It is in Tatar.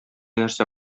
нәрсә